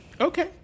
Okay